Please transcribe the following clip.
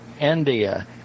India